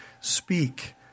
speak